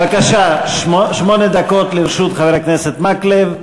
בבקשה, שמונה דקות לרשות חבר הכנסת מקלב.